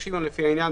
90 יום לפי העניין,